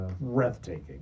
breathtaking